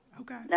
Okay